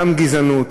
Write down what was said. גם גזענות,